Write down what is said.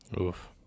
Oof